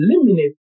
eliminate